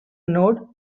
nod